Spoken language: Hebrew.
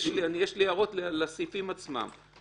יש לי הערות לסעיפים עצמם.